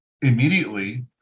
immediately